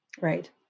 Right